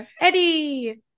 Eddie